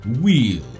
Wheel